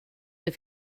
det